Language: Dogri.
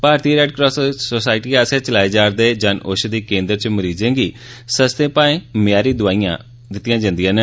भारतीय रैड क्रास सोसायटी आस्सेआ चलाए जा'रदे जन औशदी केंद्र च मरीजें गी सस्तें भायें म्यारी दोआईयां दितियां जंदियां न